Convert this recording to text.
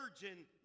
Virgin